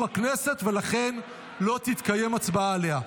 הכנסת ולכן לא תתקיים הצבעה עליה.